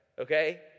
Okay